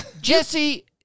Jesse